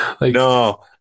no